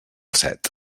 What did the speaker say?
set